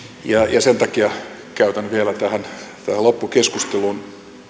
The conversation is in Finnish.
ja sen takia käytän vielä tähän loppukeskusteluun